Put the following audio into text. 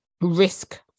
risk